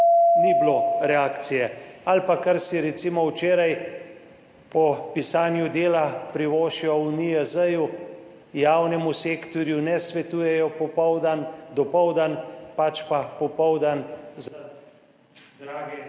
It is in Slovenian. ni bilo reakcije. Ali pa, kar si, recimo, včeraj po pisanju Dela privoščijo v NIJZ, javnemu sektorju ne svetujejo popoldan, dopoldan, pač pa popoldan za drage